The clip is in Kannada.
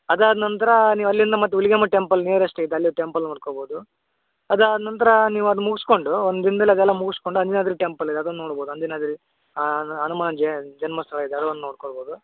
ಅದಾದ ನಂತರ ನೀವು ಅಲ್ಲಿಂದ ಮತ್ತು ಹುಲಿಗೆಮ್ಮ ಟೆಂಪಲ್ ನಿಯರೆಸ್ಟ್ ಐತೆ ಅಲ್ಲಿ ಟೆಂಪಲ್ ನೋಡ್ಕೊಬೋದು ಅದಾದ ನಂತರ ನೀವು ಅದು ಮುಗಿಸ್ಕೊಂಡು ಒಂದು ದಿನ್ದಲ್ಲಿ ಅದೆಲ್ಲ ಮುಗುಸ್ಕೊಂಡು ಅಂಜನಾದ್ರಿ ಟೆಂಪಲ್ ಇದೆ ಅದನ್ನು ನೋಡ್ಬೋದು ಅಂಜನಾದ್ರಿ ಹನುಮಾನ್ ಜೆ ಜನ್ಮಸ್ಥಳ ಇದೆ ಅದೊಂದು ನೋಡಿಕೊಳ್ಬೋದು